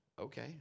Okay